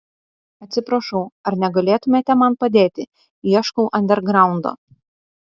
atsiprašau ar negalėtumėte man padėti ieškau andergraundo